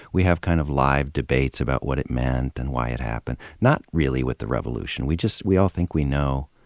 we have kind of live debates about what it meant and why it happened. not really with the revolution. we just, we all think we know,